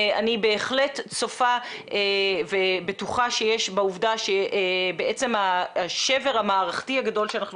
אני בהחלט צופה ובטוחה שהשבר המערכתי הגדול שאנחנו